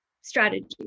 strategy